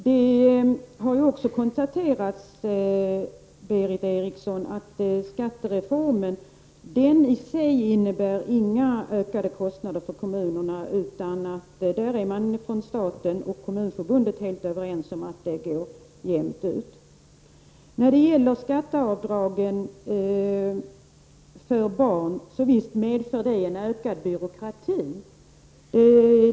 Jag vill säga till Berith Eriksson att det också har konstaterats att skattereformen i sig inte medför några ökade kostnader för kommunerna, utan staten och Kommunförbundet är helt överens om att det skall gå jämnt ut. Skatteavdraget för barn medför en ökad byråkrati.